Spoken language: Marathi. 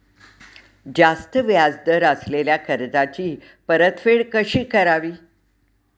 जास्त व्याज दर असलेल्या कर्जाची परतफेड कशी करावी?